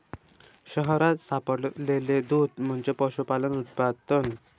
शहरात सापडलेले दूध म्हणजे पशुपालन उत्पादन